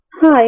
Hi